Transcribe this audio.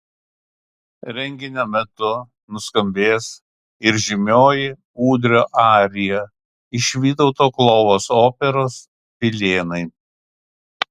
renginio metu nuskambės ir žymioji ūdrio arija iš vytauto klovos operos pilėnai